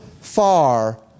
far